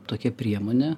tokia priemonė